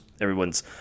Everyone's